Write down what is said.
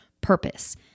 purpose